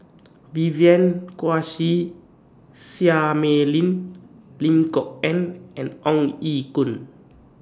Vivien Quahe Seah Mei Lin Lim Kok Ann and Ong Ye Kung